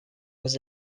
was